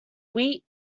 wheat